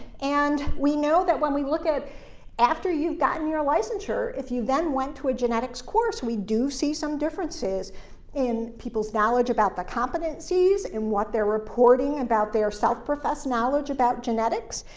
and we know that when we look at after you've gotten your licensure, if you then went to a genetics course, we do see some differences in people's knowledge about the competencies and what they're reporting about their self-professed knowledge about genetics.